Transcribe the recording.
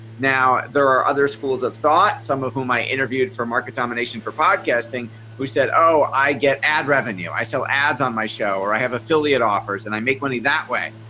now there are other schools of thought some of whom i interviewed for market domination for podcasting who said oh i get ad revenue i sell ads on my show or i have affiliate offers and i make money that way.